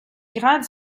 grades